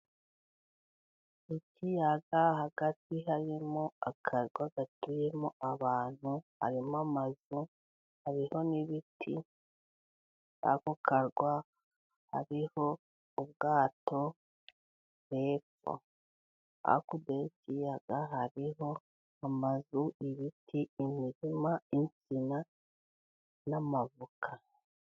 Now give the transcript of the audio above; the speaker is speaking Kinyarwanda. Ikiyaga, hagati harimo akarwa gatuyemo abantu, harimo amazu, hariho n'ibiti, kuri ako karwa hariho ubwato hepfo, hakurya y'ikiyaga hariho amazu, ibiti , umurima ,insina n'amavoka.